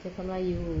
cakap melayu